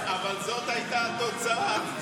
אבל זאת הייתה התוצאה.